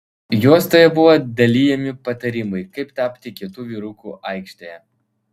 juostoje buvo dalijami patarimai kaip tapti kietu vyruku aikštėje